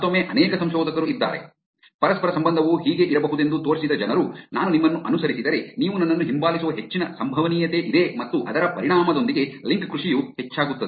ಮತ್ತೊಮ್ಮೆ ಅನೇಕ ಸಂಶೋಧಕರು ಇದ್ದಾರೆ ಪರಸ್ಪರ ಸಂಬಂಧವು ಹೇಗೆ ಇರಬಹುದೆಂದು ತೋರಿಸಿದ ಜನರು ನಾನು ನಿಮ್ಮನ್ನು ಅನುಸರಿಸಿದರೆ ನೀವು ನನ್ನನ್ನು ಹಿಂಬಾಲಿಸುವ ಹೆಚ್ಚಿನ ಸಂಭವನೀಯತೆಯಿದೆ ಮತ್ತು ಅದರ ಪರಿಣಾಮದೊಂದಿಗೆ ಲಿಂಕ್ ಕೃಷಿಯು ಹೆಚ್ಚಾಗುತ್ತದೆ